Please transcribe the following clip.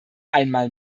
einmal